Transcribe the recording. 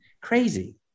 crazy